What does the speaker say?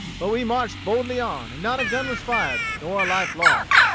but we marched boldly on, and not a gun was fired, nor a life lost.